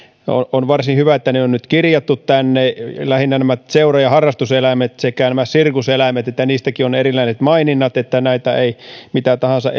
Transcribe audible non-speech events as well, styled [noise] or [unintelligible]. on nyt kirjattu tänne lähinnä seura ja harrastuseläimet sekä sirkuseläimet niistäkin on erilliset maininnat että mitä tahansa [unintelligible]